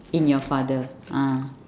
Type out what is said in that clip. in your father ah